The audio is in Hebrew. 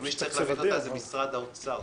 ומי שצריך להביא אותה הוא משרד האוצר.